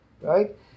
right